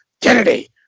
Kennedy